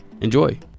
Enjoy